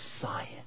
science